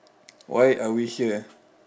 why are we here